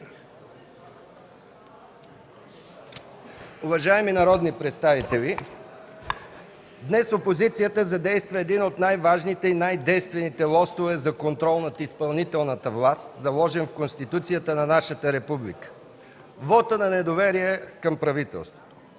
Уважаеми народни представители, днес опозицията задейства един от най-важните и най-действените лостове за контрол над изпълнителната власт, заложен в Конституцията на нашата република – вота на недоверие към правителството.